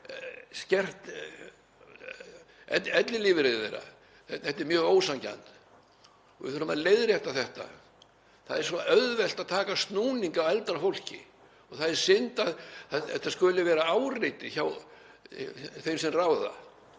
skertur ellilífeyrinn þeirra. Þetta er mjög ósanngjarnt og við þurfum að leiðrétta þetta. Það er svo auðvelt að taka snúning á eldra fólki. Það er synd að þetta skuli vera áreiti hjá þeim sem ráða.